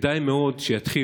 כדאי מאוד שיתחילו,